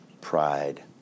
pride